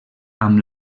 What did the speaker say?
amb